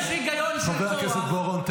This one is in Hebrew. חבר הכנסת בוארון,